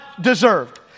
deserved